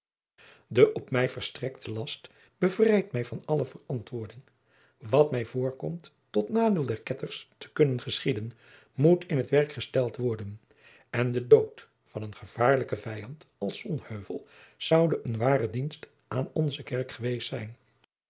de op mij verstrekte last bevrijdt mij van alle verantwoording wat mij voorkomt tot nadeel der ketters te kunnen geschieden moet in t werk gesteld worden en de dood van een gevaarlijken vijand als sonheuvel zoude een ware dienst aan onze kerk geweest zijn